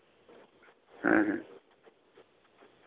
ᱦᱮᱸ ᱦᱮᱸ